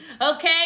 okay